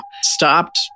stopped